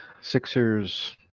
Sixers